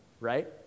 right